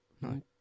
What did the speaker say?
No